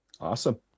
Awesome